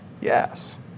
Yes